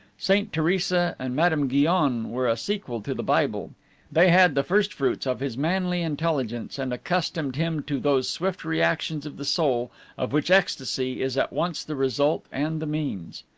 saint theresa and madame guyon were a sequel to the bible they had the first-fruits of his manly intelligence, and accustomed him to those swift reactions of the soul of which ecstasy is at once the result and the means.